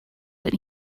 that